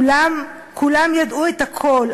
כולם ידעו את הכול,